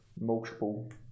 multiple